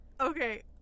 Okay